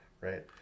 right